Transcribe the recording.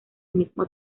mismo